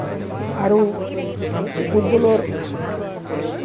আৰু ফুটবলৰ